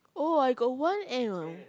oh I got one animal